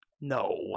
No